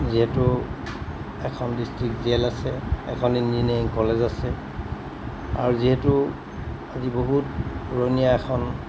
যিহেতু এখন district jail আছে এখন ইঞ্জিনিয়াৰিং কলেজ আছে আৰু যিহেতু আজি বহুত পুৰণীয়া এখন